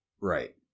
right